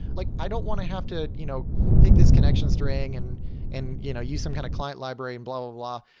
like i don't want to have to you know take this connection string and and you know use some kind of client library and blah-blah-blah.